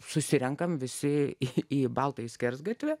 susirenkame visi į baltajį skersgatvį